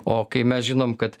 o kai mes žinom kad